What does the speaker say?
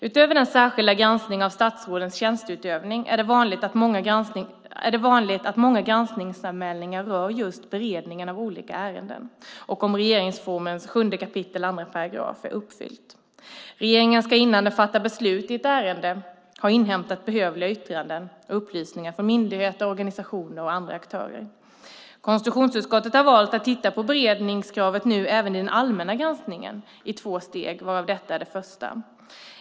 Utöver den särskilda granskningen av statsrådens tjänsteutövning är det vanligt att många granskningsanmälningar rör just beredningen av olika ärenden och om regeringsformens 7:2 uppfylls. Regeringen ska innan den fattar beslut i ett ärende ha inhämtat behövliga yttranden och upplysningar från myndigheter, organisationer och andra aktörer. Konstitutionsutskottet har valt att titta på beredningskravet nu även i den allmänna granskningen i två steg, varav detta är det första.